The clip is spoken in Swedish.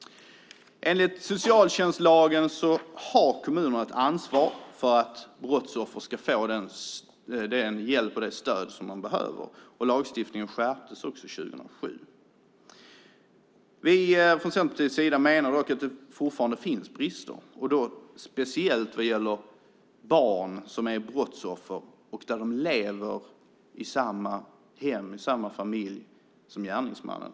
Enligt socialtjänstlagen har kommunerna ett ansvar för att brottsoffer ska få den hjälp och det stöd som de behöver. Lagstiftningen skärptes också 2007. Vi i Centerpartiet menar dock att det fortfarande finns brister, speciellt vad gäller barn som är brottsoffer och lever i samma hem och familj som gärningsmannen.